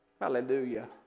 Hallelujah